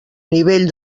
nivell